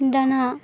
दानिया